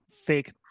fake